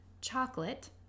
chocolate